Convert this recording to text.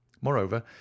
moreover